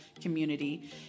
community